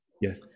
Yes